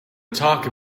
talk